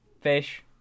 fish